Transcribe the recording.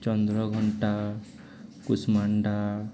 ଚନ୍ଦ୍ର ଘଣ୍ଟା କୁସମାଣ୍ଡା